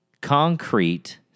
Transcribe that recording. concrete